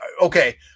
okay